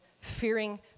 fearing